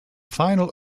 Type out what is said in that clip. final